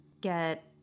get